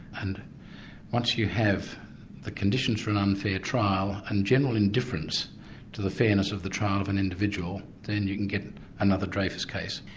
and once you have the conditions for an unfair trial, and general indifference to the fairness of the trial of an and individual, then you can get another dreyfus case.